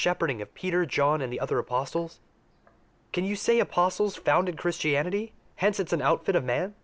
shepherding of peter john and the other apostles can you say apostles founded christianity hence it's an outfit of men